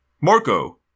Marco